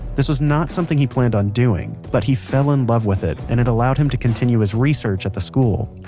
this was not something he planned on doing, but he fell in love with it and it allowed him to continue his research at the school.